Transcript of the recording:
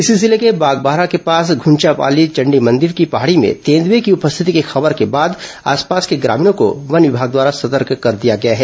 इसी जिले के बागबाहरा के पास घुंचापाली चण्डी मंदिर की पहाड़ी में तेंदुए की उपस्थिति की खबर के बाद आसपास के ग्रामीणों को वन विभाग द्वारा सतर्क कर दिया गया है